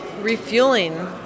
refueling